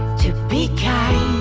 to be kind